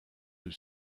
have